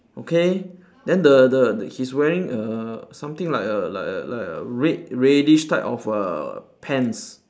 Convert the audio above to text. okay then the the he's wearing err something like a like a like a red reddish type of err pants